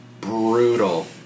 brutal